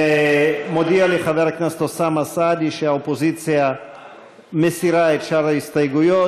מודיע לי חבר הכנסת אוסאמה סעדי שהאופוזיציה מסירה את שאר ההסתייגות.